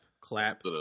clap